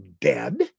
dead